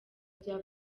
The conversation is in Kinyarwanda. bya